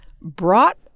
brought